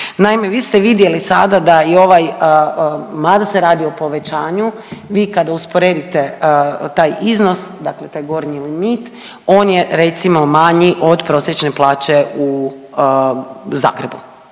Naime, vi ste vidjeli sada da i ovaj mada se radi o povećanju vi kada usporedite taj iznos, dakle taj gornji limit on je recimo manji od prosječne plaće u Zagrebu